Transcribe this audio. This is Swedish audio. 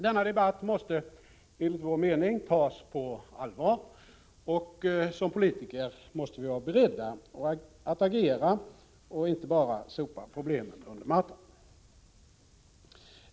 Denna debatt måste, enligt vår mening, tas på allvar, och som politiker måste vi vara beredda att agera och inte bara sopa problemen under mattan.